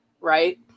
right